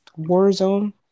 Warzone